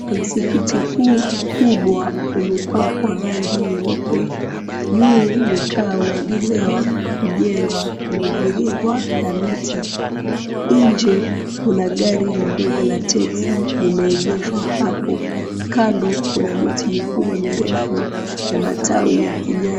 Msikiti huu mkubwa umepakwa rangi nyeupe, juu ni kaa unaendelea kujengwa, umeviringwa na miti. Inje kuna gari lidogo la teksi limeegeshwa hapo. Kando kuna miti mikubwa mirefu ya matawi ya kijani.